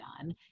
done